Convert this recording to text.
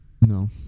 No